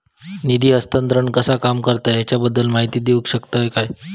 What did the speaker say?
निधी हस्तांतरण कसा काम करता ह्याच्या बद्दल माहिती दिउक शकतात काय?